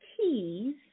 keys